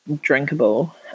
drinkable